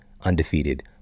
undefeated